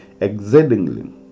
exceedingly